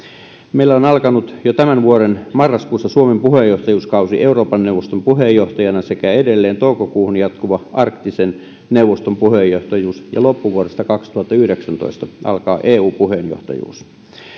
meillä on alkanut jo tämän vuoden marraskuussa suomen puheenjohtajuuskausi euroopan neuvoston puheenjohtajana sekä edelleen toukokuuhun jatkuva arktisen neuvoston puheenjohtajuus ja loppuvuodesta kaksituhattayhdeksäntoista alkaa eu puheenjohtajuus